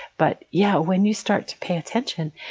but yeah, when you start to pay attention,